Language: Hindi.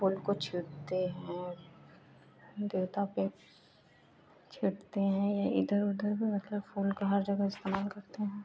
फूल को छींटते हैं देवता पर छींटते हैं या इधर उधर भी मतलब फूल का हर जगह इस्तेमाल करते हैं